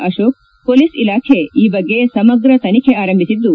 Ashok police ಇಲಾಖೆ ಈ ಬಗ್ಗೆ ಸಮಗ್ರ ತನಿಖೆ ಆರಂಭಿಸಿದ್ದು